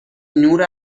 نور